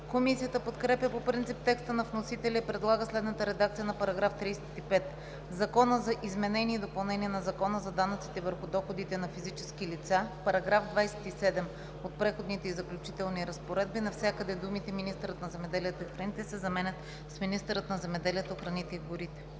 Комисията подкрепя по принцип текста на вносителя и предлага следната редакция на § 35: „§ 35. В Закона за изменение и допълнение на Закона за данъците върху доходите на физическите лица (обн., ДВ, бр. ...) в § 27 от Преходните и заключителните разпоредби навсякъде думите „министърът на земеделието и храните“ се заменят с „министърът на земеделието, храните и горите“.“